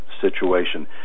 situation